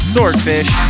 Swordfish